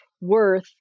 worth